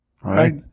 Right